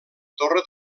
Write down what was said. torre